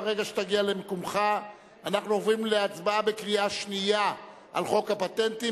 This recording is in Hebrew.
ברגע שתגיע למקומך אנחנו עוברים להצבעה בקריאה שנייה על חוק הפטנטים,